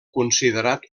considerat